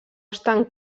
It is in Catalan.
estan